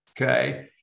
okay